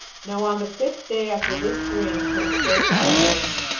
now on the fifth day after this dream came first to archelaus,